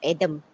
Adam